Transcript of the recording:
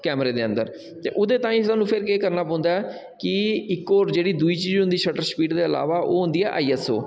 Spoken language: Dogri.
कैमरे दे अंदर ते ओह्दे ताईं थुहानूं केह् करना पौंदा ऐ कि इक होर जेह्ड़ी दुई चीज होंदी ऐ शटर स्पीड दे अलावा ओह् होंदी ऐ आईएसओ